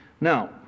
Now